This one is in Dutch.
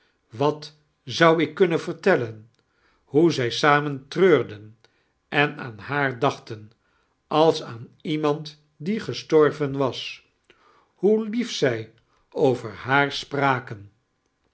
wat zou ik kusnnen vertellen hoe zij samen taeiirden en aan haar dacihten ajs aan iemand die gestorven was hoe lief zij over haar spraken